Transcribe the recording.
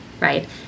right